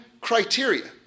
criteria